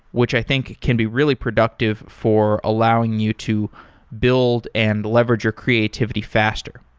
which i think can be really productive for allowing you to build and leverage your creativity faster.